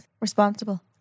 Responsible